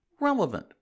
Relevant